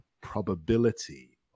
probability